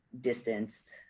distanced